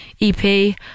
ep